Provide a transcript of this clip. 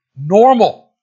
normal